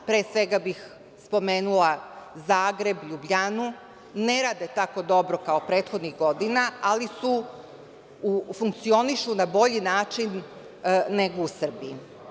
Pre svega bih spomenula Zagreb, LJubljanu, ne rade tako dobro kao prethodnih godina, ali funkcionišu na bolji način negu u Srbiji.